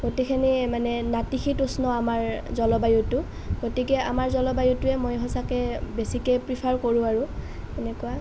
গোটেইখিনি মানে নাতিশীতোষ্ণ আমাৰ জলবায়ুটো গতিকে আমাৰ জলবায়ুটোৱে সঁচাকে বেছিকে প্ৰিফাৰ কৰোঁ আৰু এনেকুৱা